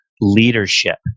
leadership